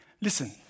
listen